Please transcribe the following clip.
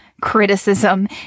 criticism